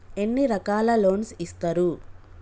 ఎన్ని రకాల లోన్స్ ఇస్తరు?